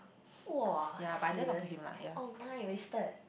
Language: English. !wah! serious oh mine is wasted